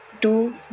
Two